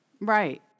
Right